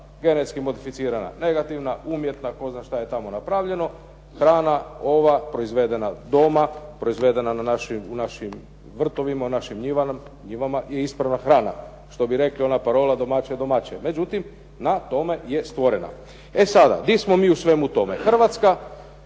genetski modificirana negativna, umjetna. Tko zna što je tamo napravljeno. Hrana ova proizvedena doma, proizvedena u našim vrtovima, u našim njivama je ispravna hrana. Što bi rekli ona parola "domaće je domače". Međutim, na tome je stvorena. E sada, di smo mi u svemu tome? Hrvatska